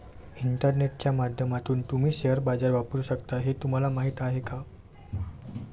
इंटरनेटच्या माध्यमातून तुम्ही शेअर बाजार वापरू शकता हे तुम्हाला माहीत आहे का?